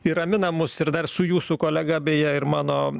ir ramina mus ir dar su jūsų kolega beje ir mano